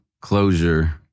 closure